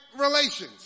relations